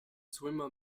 swimmer